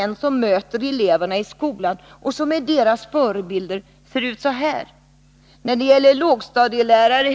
96 90 av pojkarna och 4 90 av flickorna valde denna linje.